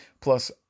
Plus